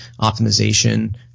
optimization